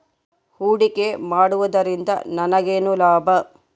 ಹೂಡಿಕೆ ಮಾಡುವುದರಿಂದ ನನಗೇನು ಲಾಭ?